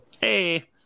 hey